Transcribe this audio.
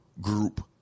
group